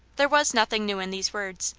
there was nothing new in these words,